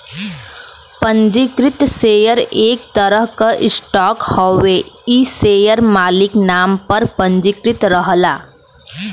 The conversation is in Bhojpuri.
पंजीकृत शेयर एक तरह क स्टॉक हउवे इ शेयर मालिक नाम पर पंजीकृत रहला